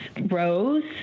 rose